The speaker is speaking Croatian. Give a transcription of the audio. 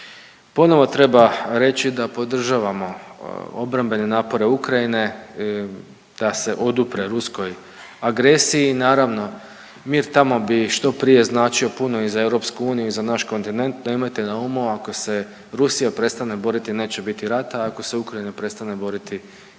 Ponovo treba reći da podržavamo obrambene napore Ukrajine da se odupre ruskoj agresiji, naravno mir tamo bi što prije značio puno i za EU i za naš kontinent. … na umu ako se Rusija prestane boriti neće biti rata, ako se u Ukrajina prestane boriti